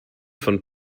von